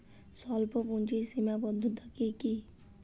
স্বল্পপুঁজির সীমাবদ্ধতা কী কী?